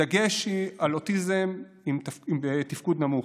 בדגש על אוטיזם עם תפקוד נמוך.